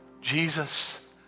Jesus